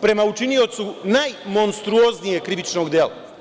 prema učiniocu najmonstruznijeg krivičnog dela?